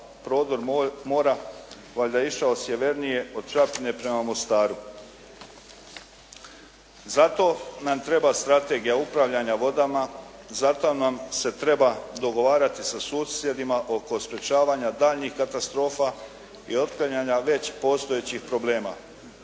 prodor mora valjda je išao sjevernije od Čapljine prema Mostaru. Zato nam treba strategija upravljanja vodama. Zato nam se treba dogovarati sa susjedima oko sprečavanja daljnjih katastrofa i otklanjanja već postojećih problema.